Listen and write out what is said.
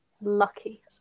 Lucky